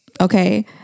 Okay